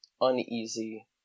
uneasy